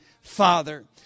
Father